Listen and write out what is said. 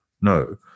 no